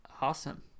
awesome